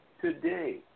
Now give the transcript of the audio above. Today